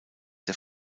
der